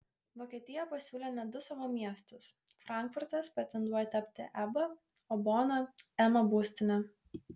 vokietija pasiūlė net du savo miestus frankfurtas pretenduoja tapti eba o bona ema būstine